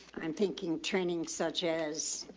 i'm thinking training such as,